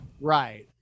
Right